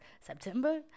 September